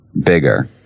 bigger